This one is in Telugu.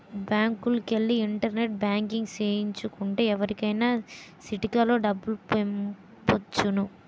బ్యాంకుకెల్లి ఇంటర్నెట్ బ్యాంకింగ్ సేయించు కుంటే ఎవరికైనా సిటికలో డబ్బులు పంపొచ్చును